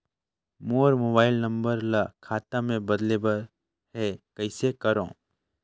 मोर mobile number ल खाता मे बदले बर हे कइसे करव?